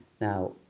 Now